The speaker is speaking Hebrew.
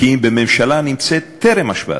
כי אם בממשלה טרם השבעתה.